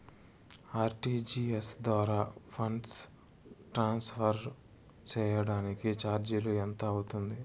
RTGS ద్వారా funds transfer సేయడానికి చార్జీలు ఎంత అవుతుంది